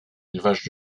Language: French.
élevage